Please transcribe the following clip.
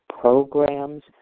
programs